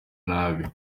nabi